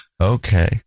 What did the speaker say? Okay